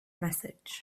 message